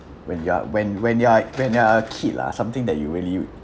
when you are when when you are when you are a kid lah something that you really would